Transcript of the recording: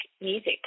music